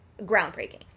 groundbreaking